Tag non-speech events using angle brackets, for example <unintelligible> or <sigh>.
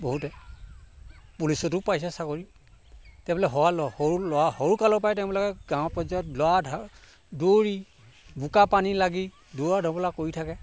বহুতে পুলিচটো পাইছে চাকৰি <unintelligible> সৰু ল'ৰা সৰু কালৰ পৰাই তেওঁবিলাকে গাঁও পৰ্যায়ত লৰা ঢা দৌৰি বোকা পানী লাগি দৌৰা ঢপলা কৰি থাকে